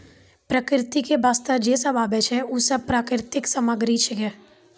प्रकृति क वास्ते जे सब आबै छै, उ सब प्राकृतिक सामग्री छिकै